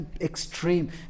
extreme